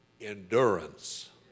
endurance